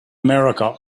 america